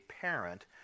parent